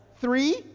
Three